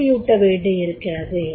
சக்தியூட்ட வேண்டியிருக்கிறது